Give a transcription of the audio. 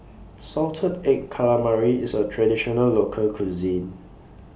Salted Egg Calamari IS A Traditional Local Cuisine